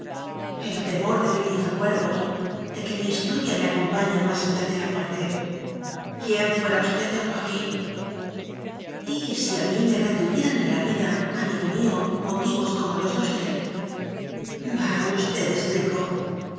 el temor de que mis recuerdos de que mi historia me acompañen más allá de la muerte quién fuera usted don joaquín y si a mí me retuvieran en la vida ami go mío motivos como los de usted bah usted es rico